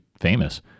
famous